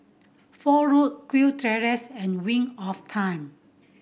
Fort Road Kew Terrace and Wing of Time